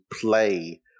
play